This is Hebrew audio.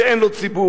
שאין לו ציבור,